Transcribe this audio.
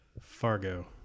Fargo